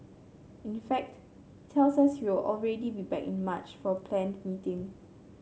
in fact he tells us he will already be back in March for a planned meeting